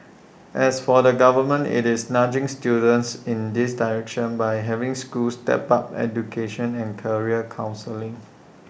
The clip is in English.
as for the government IT is nudging students in this direction by having schools step up education and career counselling